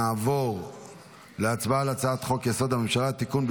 נעבור להצבעה על הצעת חוק-יסוד: הממשלה (תיקון,